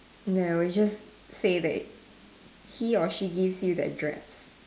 no we just say that he or she gives you the address